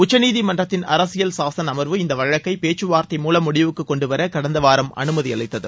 உச்சநீதிமன்றத்தின் அரசியல் சாசன அமர்வு இந்த வழக்கை பேச்சுவார்த்தை மூலம் முடிவுக்கு கொண்டுவர கடந்த வாரம் அனுமதியளித்தது